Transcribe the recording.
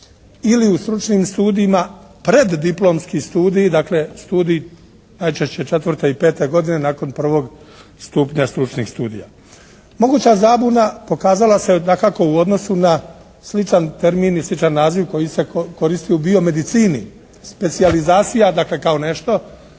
Ili u stručnim studijima preddiplomski studiji, dakle studij najčešće 4. i 5. godine, nakon prvog stupnja stručnih studija. Moguće zabuna pokazala se dakako u odnosu na sličan termin i sličan naziv koji se koristi u biomedicini. Specijalizacija dakle kao nešto